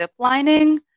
ziplining